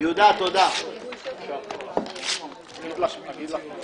הישיבה ננעלה בשעה 13:48.